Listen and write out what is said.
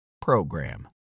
PROGRAM